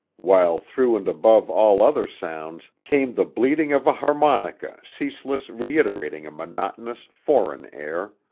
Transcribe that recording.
while through and above all other sounds came the bleating of a harmonica ceaseless reiterating a monotonous, foreign air.